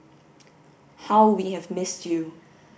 how we have missed you